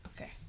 okay